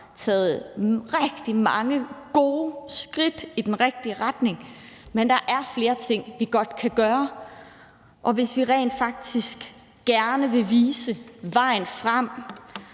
taget rigtig mange gode skridt i den rigtige retning, men der er flere ting, vi godt kan gøre. Og hvis vi rent faktisk gerne vil vise vejen frem